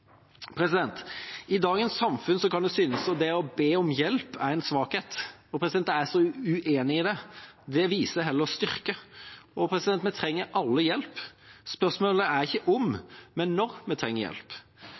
I dagens samfunn kan det synes som om det å be om hjelp, er en svakhet. Jeg er uenig i at det er det. Det viser heller styrke. Vi trenger alle hjelp. Spørsmålet er ikke om, men når vi trenger hjelp.